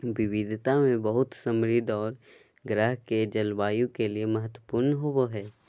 विविधता में बहुत समृद्ध औरो ग्रह के जलवायु के लिए महत्वपूर्ण होबो हइ